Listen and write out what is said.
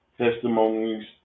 testimonies